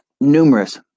Numerous